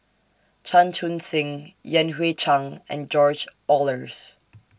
Chan Chun Sing Yan Hui Chang and George Oehlers